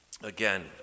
Again